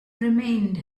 remained